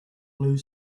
blue